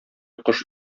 кош